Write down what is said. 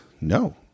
no